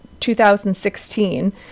2016